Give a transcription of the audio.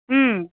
ம்